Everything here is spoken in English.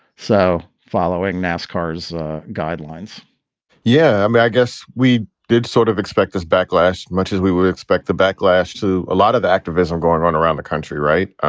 so following nascar's guidelines yeah. i mean, i guess we did sort of expect this backlash much as we would expect the backlash to a lot of activism going on around the country. right.